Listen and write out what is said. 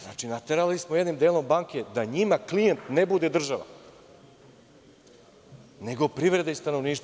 Znači, naterali smo jednim delom banke da njima klijent ne bude država, nego privreda i stanovništvo.